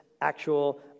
actual